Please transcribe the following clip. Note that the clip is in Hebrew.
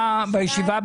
זה משתנה לשנה לשנה,